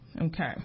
Okay